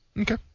Okay